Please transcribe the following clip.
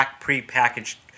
pre-packaged